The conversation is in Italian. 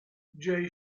jay